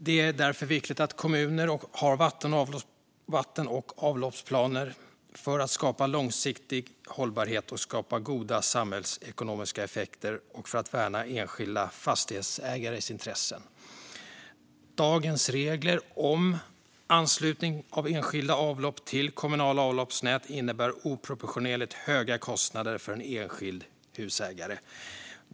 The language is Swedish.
Det är därför viktigt att kommuner har vatten och avloppsplaner för att skapa långsiktig hållbarhet och goda samhällsekonomiska effekter och för att värna enskilda fastighetsägares intressen. Dagens regler om anslutning av enskilda avlopp till kommunala avloppsnät innebär oproportionerligt höga kostnader för en enskild husägare.